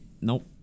Nope